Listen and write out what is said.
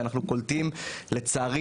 ואנחנו קולטים לצערי,